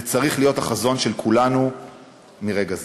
זה צריך להיות החזון של כולנו מרגע זה.